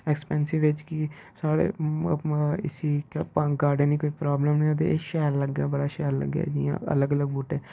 expensive बिच्च कि साढ़े अपना इसी गार्डन गी कोई प्रॉब्लम नी होऐ ते ऐ शैल लग्गै बड़ा शैल लग्गै जियां अलग अलग बूह्टे